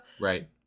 Right